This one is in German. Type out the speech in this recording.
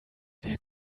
wer